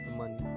money